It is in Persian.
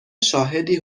شاهدی